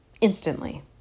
instantly